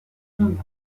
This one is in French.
finlande